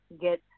get